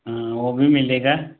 वो भी मिलगा